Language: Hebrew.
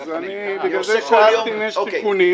אז אני בגלל זה שאלתי אם יש תיקונים.